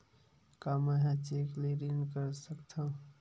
का मैं ह चेक ले ऋण कर सकथव?